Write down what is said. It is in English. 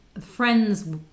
Friends